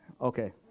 Okay